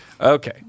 Okay